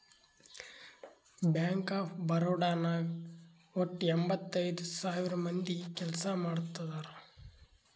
bank of Baroda ನಾಗ್ ವಟ್ಟ ಎಂಭತ್ತೈದ್ ಸಾವಿರ ಮಂದಿ ಕೆಲ್ಸಾ ಮಾಡ್ತಾರ್